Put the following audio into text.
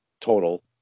total